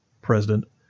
president